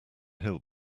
hill